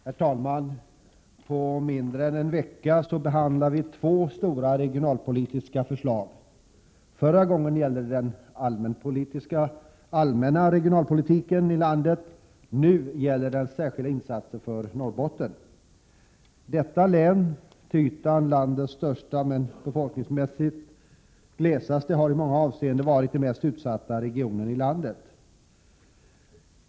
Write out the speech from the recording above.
Herr talman! På mindre än en vecka behandlar vi två stora regionalpolitiska förslag. Förra gången gällde det den allmänna regionalpolitiken i landet, nu gäller det särskilda insatser i Norrbotten. Detta län, till ytan landets största men befolkningsmässigt det glesaste, har i många avseenden varit den mest utsatta regionen i landet.